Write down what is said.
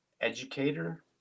educator